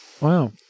Wow